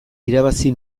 irabazi